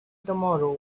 tomorrow